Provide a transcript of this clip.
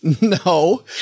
No